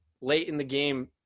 late-in-the-game